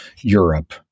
Europe